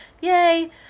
Yay